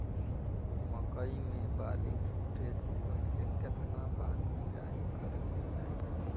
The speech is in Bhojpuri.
मकई मे बाली फूटे से पहिले केतना बार निराई करे के चाही?